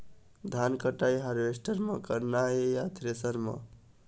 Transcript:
धान कटाई हारवेस्टर म करना ये या थ्रेसर म?